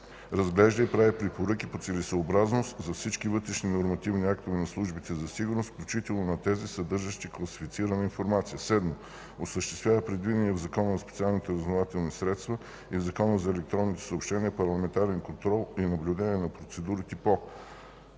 разглежда и прави препоръки по целесъобразност за всички вътрешни нормативни актове на службите за сигурност, включително на тези, съдържащи класифицирана информация; 7. осъществява предвидения в Закона за специалните разузнавателни средства и в Закона за електронните съобщения парламентарен контрол и наблюдение на процедурите по: